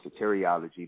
soteriology